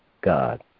God